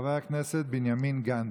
חבר הכנסת בנימין גנץ.